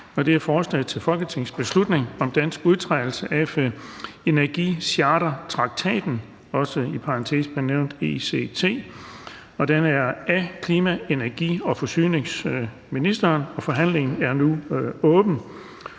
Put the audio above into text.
Det er et forslag til folketingsbeslutning om dansk udtrædelse af energichartertraktaten, ECT, og det er af klima-, energi- og forsyningsministeren. Forhandlingen er nu åben.